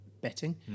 betting